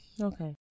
Okay